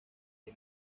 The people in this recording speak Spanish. que